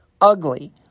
Ugly